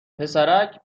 پسرک